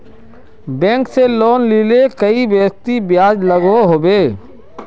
Bank से loan लिले कई व्यक्ति ब्याज लागोहो होबे?